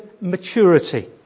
maturity